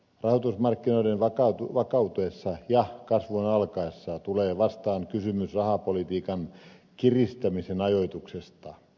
rahoitusmarkkinoiden vakautuessa ja kasvun alkaessa tulee vastaan kysymys rahapolitiikan kiristämisen ajoituksesta